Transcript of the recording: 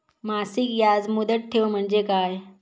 मासिक याज मुदत ठेव म्हणजे काय?